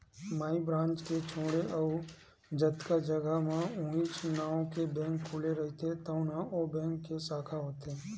माई branch के छोड़े अउ जतका जघा म उहींच नांव के बेंक खुले रहिथे तउन ह ओ बेंक के साखा होथे